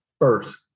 first